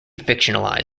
fictionalized